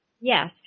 Yes